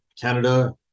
Canada